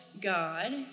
God